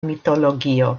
mitologio